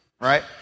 right